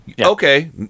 okay